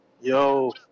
Yo